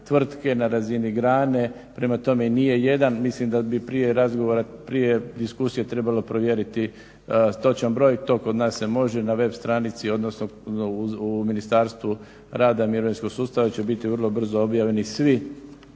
tvrtke, na razini grane. Prema tome, nije jedan mislim da bi prije razgovora, prije diskusije trebalo provjeriti točan broj. To kod nas se može na web stranici, odnosno u Ministarstvu rada i mirovinskog sustava će biti vrlo brzo objavljeni svi